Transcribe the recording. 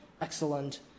excellent